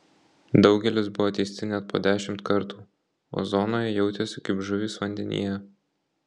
daugelis buvo teisti net po dešimt kartų o zonoje jautėsi kaip žuvys vandenyje